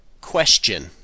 question